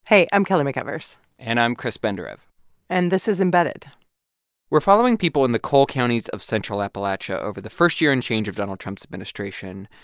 hey, i'm kelly mcevers and i'm chris benderev and this is embedded we're following people in the coal counties of central appalachia over the first year and change of donald trump's administration.